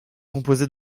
composée